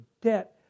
debt